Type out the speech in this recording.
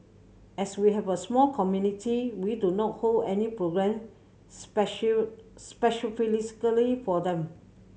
as we have a small community we do not hold any programme special for them